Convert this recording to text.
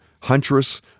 Huntress